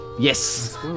Yes